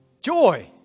Joy